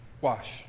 wash